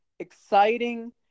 exciting